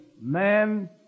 man